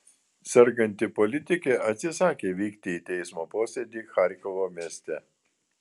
serganti politikė atsisakė vykti į teismo posėdį charkovo mieste